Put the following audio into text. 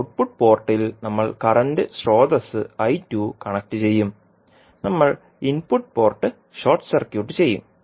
output പോർട്ടിൽ നമ്മൾ current സ്രോതസ്സ് കണക്റ്റുചെയ്യും നമ്മൾ ഇൻപുട്ട് പോർട്ട് ഷോർട്ട് സർക്യൂട്ട് ചെയ്യും